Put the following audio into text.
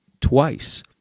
twice